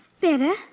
better